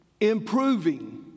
improving